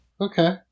Okay